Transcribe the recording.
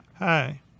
Hi